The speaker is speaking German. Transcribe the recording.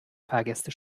fahrgäste